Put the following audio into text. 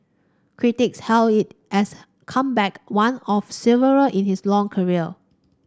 critics hailed it as a comeback one of several in his long career